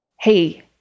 Hey